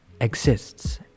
exists